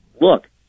look